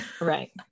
Right